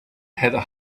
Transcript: had